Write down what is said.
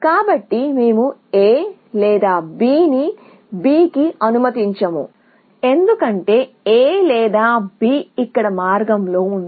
కాబట్టి మేము A లేదా B నుండి B కి అనుమతించము ఎందుకంటే A లేదా B ఇక్కడ మార్గంలో ఉంది